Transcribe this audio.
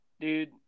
dude